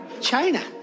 China